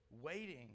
waiting